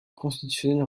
constitutionnelle